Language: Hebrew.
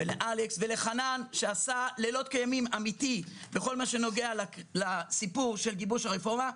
לאלכס ולחנן שעשה לילות כימים באמת בכל מה שנוגע לגיבוש הרפורמה,